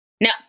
No